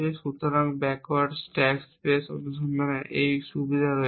সুতরাং backward stack space অনুসন্ধানের এই সুবিধা রয়েছে